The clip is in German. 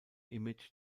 image